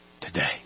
today